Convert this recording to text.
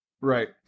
Right